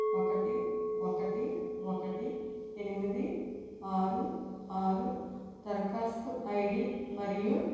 ఒకటి ఒకటి ఒకటి ఎనిమిది ఆరు ఆరు దరఖాస్తు ఐడి మరియు